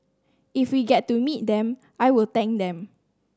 if we get to meet them I will thank them